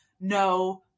no